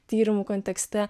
tyrimų kontekste